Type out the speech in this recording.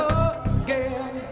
again